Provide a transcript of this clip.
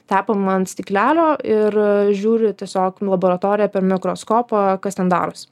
tepam ant stiklelio ir žiūri tiesiog laboratorija per mikroskopą kas ten darosi